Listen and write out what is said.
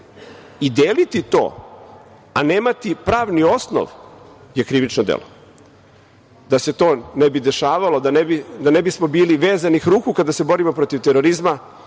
i deliti to, a nemati pravni osnov, to je krivično delo. Da se to ne bi dešavalo, da ne bismo bili vezanih ruku kada se borimo protiv terorizma,